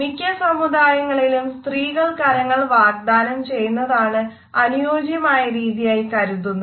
മിക്ക സമുദായങ്ങളിലും സ്ത്രീകൾ കരങ്ങൾ വാഗ്ദാനം ചെയ്യുന്നതാണ് അനുയോജ്യമായ രീതിയായി കരുതുന്നത്